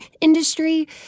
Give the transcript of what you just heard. industry